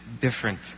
different